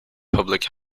public